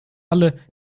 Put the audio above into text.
alle